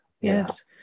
Yes